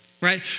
right